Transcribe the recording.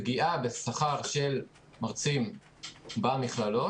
פגיעה בשכר של מרצים במכללות.